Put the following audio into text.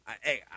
Hey